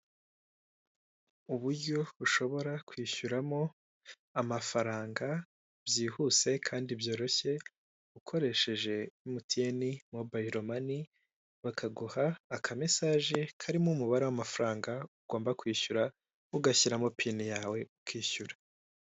Uburyo ushobora kwishyuramo amafaranga byihuse kandi byoroshye ukoresheje MTN mobayiro mani, bakaguha aka mesaje karimo umubare w'amafaranga ugomba kwishyura, ugashyiramo pini yawe ukishyura.